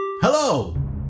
Hello